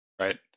right